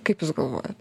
kaip jūs galvojat